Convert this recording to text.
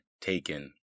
taken